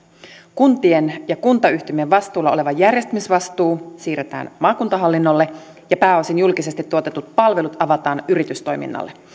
kuntien ja kuntayhtymien vastuulla oleva järjestämisvastuu siirretään maakuntahallinnolle ja pääosin julkisesti tuotetut palvelut avataan yritystoiminnalle